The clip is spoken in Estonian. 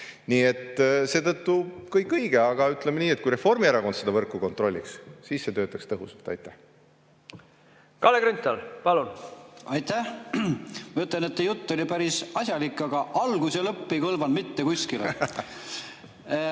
Nii et seetõttu kõik õige. Aga ütleme nii, et kui Reformierakond seda võrku kontrolliks, siis see töötaks tõhusalt. Kalle Grünthal, palun! Aitäh! Ütlen, et jutt oli päris asjalik, aga algus ja lõpp ei kõlvanud mitte kuskile.